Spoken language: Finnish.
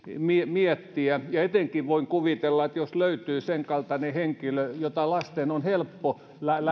miettiä ja etenkin voin kuvitella että jos löytyy senkaltainen henkilö jota lasten on helppo